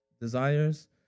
desires